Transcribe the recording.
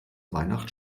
weihnacht